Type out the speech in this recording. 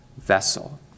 vessel